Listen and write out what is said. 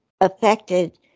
affected